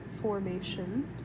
formation